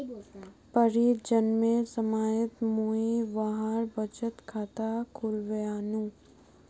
परीर जन्मेर समयत मुई वहार बचत खाता खुलवैयानु